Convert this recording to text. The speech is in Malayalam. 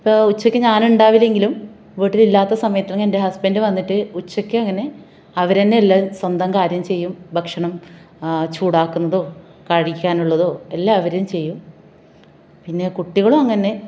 ഇപ്പം ഉച്ചയ്ക്ക് ഞാൻ ഉണ്ടാവില്ലെങ്കിലും വീട്ടിലില്ലാത്ത സമയത്ത് എൻ്റെ ഹസ്ബൻഡ് വന്നിട്ട് ഉച്ചയ്ക്ക് അങ്ങനെ അവർ തന്നെ എല്ലാം സ്വന്തം കാര്യം ചെയ്യും ഭക്ഷണം ചൂടാക്കുന്നതോ കഴിക്കാനുള്ളതോ എല്ലാവരും ചെയ്യും പിന്നെ കുട്ടികളും അങ്ങനെ